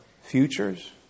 futures